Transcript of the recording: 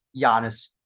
Giannis